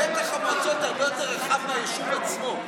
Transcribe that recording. שטח המועצות הרבה יותר רחב מהיישוב עצמו.